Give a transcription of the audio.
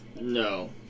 No